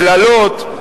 קללות,